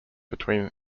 between